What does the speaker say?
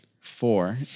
Four